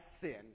sin